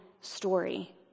story